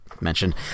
mentioned